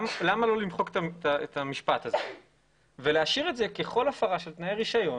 למה לא למחוק את המשפט הזה ולהשאיר את זה ככל הפרה של תנאי רישיון?